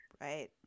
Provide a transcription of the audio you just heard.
right